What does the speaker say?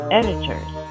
editors